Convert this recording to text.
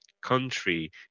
country